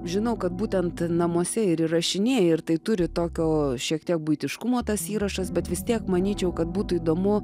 žinau kad būtent namuose ir įrašinėji ir tai turi tokio šiek tiek buitiškumo tas įrašas bet vis tiek manyčiau kad būtų įdomu